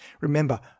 Remember